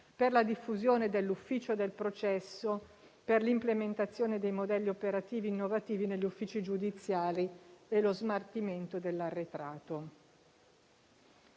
per la diffusione dell'ufficio del processo, per l'implementazione dei modelli operativi innovativi negli uffici giudiziari e per lo smaltimento dell'arretrato.